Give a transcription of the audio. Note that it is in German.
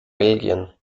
belgien